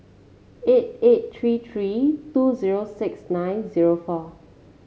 eight eight three three two zero six nine zero four